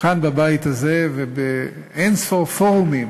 כאן בבית הזה ובאין-ספור פורומים